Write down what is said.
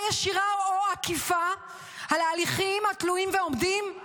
ישירה או עקיפה על ההליכים התלויים ועומדים?